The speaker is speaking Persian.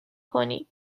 کنیم